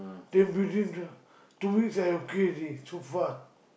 then within the two weeks I okay already so fast